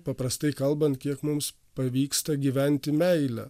paprastai kalbant kiek mums pavyksta gyventi meile